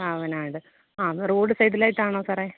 ആവനാട് ആ റോഡ് സൈഡിലായിട്ടാണോ സാറേ